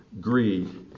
greed